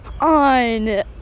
on